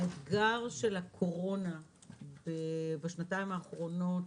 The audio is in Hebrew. האתגר של הקורונה בשנתיים האחרונות,